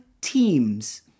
teams